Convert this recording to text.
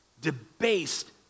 debased